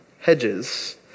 Hedges